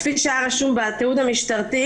כפי שהיה רשום בתיעוד המשטרתי,